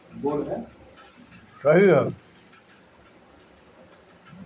सबै लोग आपन सम्पत्ति बनाए चाहत बाटे